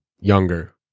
younger